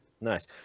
Nice